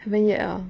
haven't yet ah